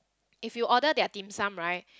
if you order their dim sum right